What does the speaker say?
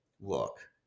Look